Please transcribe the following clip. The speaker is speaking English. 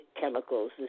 chemicals